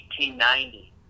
1890